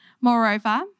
Moreover